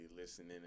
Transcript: listening